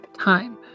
Time